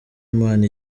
imana